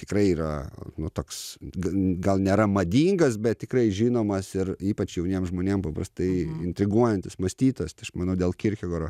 tikrai yra nu toks gan gal nėra madingas bet tikrai žinomas ir ypač jauniem žmonėm paprastai intriguojantis mąstytojas tai aš manau dėl kirchegoro